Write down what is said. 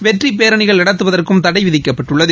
வெற்றிப்பேரணிகள் நடத்துவதற்கும் தடை விதிக்கப்பட்டுள்ளது